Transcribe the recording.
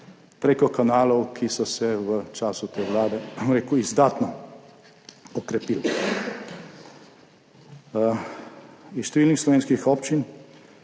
preko kanalov, ki so se v času te vlade izdatno okrepili. Iz številnih slovenskih občin